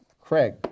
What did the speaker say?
Craig